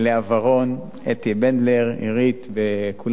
לאה ורון, אתי בנדלר, עידית וכל